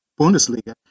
Bundesliga